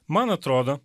man atrodo